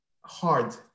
hard